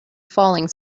falling